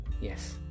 Yes